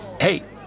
Hey